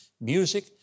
music